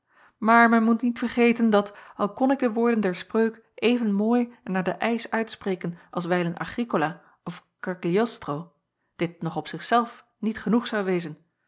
aar men moet niet vergeten dat al kon ik de woorden der spreuk even mooi en naar den eisch uitspreken als wijlen gricola of agliostro dit nog op zich zelf niet genoeg zou wezen